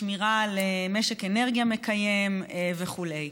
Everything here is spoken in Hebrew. שמירה על משק אנרגיה מקיים וכו'.